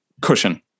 cushion